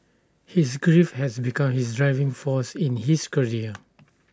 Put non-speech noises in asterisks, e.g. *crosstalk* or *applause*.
his grief has become his driving force in his career *noise*